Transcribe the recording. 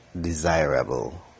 desirable